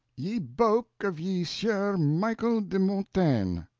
ye boke of ye sieur michael de montaine